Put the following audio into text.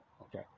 okay